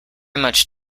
much